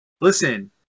listen